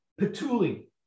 Petuli